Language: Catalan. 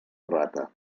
rata